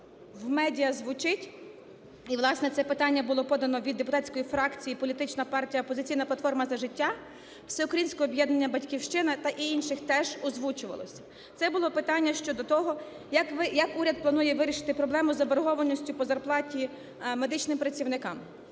в медіа звучить, і, власне, це питання було подано від депутатської фракції політичної партії "Опозиційна платформа - За життя", "Всеукраїнського об'єднання "Батьківщина" та інших теж озвучувалось. Це питання було щодо того, як уряд планує вирішити проблему заборгованості по зарплаті медичним працівникам.